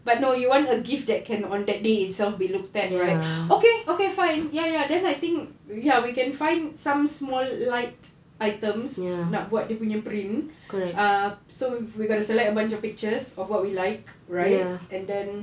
but no you want a gift that can on that day itself be looked at right okay okay fine ya ya then I think ya we can find some small light items nak buat dia punya print ah so we're gotta select a bunch of pictures of what we like right and then